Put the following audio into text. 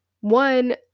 one